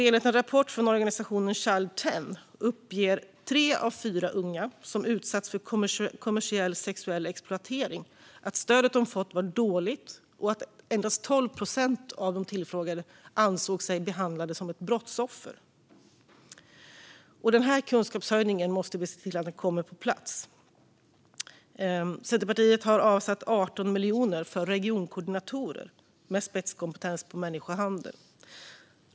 Enligt en rapport från organisationen Child 10 uppgav tre av fyra unga som utsatts för kommersiell sexuell exploatering att stödet de fått varit dåligt, och endast 12 procent av de tillfrågade ansåg sig behandlade som brottsoffer. Vi måste se till att en kunskapshöjning kommer på plats här. Centerpartiet har avsatt 18 miljoner för regionkoordinatorer med spetskompetens när det gäller människohandel.